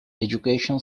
education